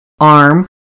arm